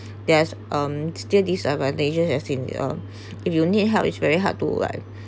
there's um still disadvantages as in um if you need help is very hard to like